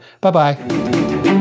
Bye-bye